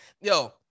Yo